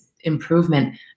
improvement